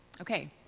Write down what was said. okay